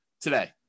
today